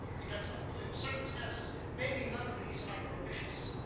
it depends on political circumstances. maybe none of these are propitious.